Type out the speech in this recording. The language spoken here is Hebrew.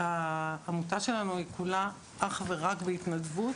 העמותה שלנו היא כולה אך ורק בהתנדבות,